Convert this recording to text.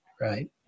right